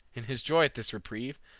in his joy at this reprieve,